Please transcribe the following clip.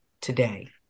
today